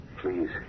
Please